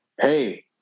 Hey